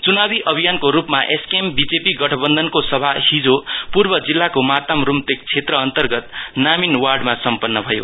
चुनावी अभियानको रुपमा एसकेएम बीजेपी गठबन्धनको सभा हिजो पूर्व जिल्लाको मार्ताम रुम्तेक क्षेत्र अन्तर्गत नामीन वार्डमा सम्पन्न भयो